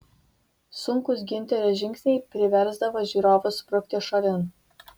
sunkūs giunterio žingsniai priversdavo žiūrovus sprukti šalin